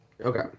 Okay